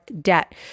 debt